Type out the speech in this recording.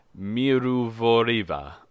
Miruvoriva